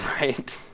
right